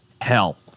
hell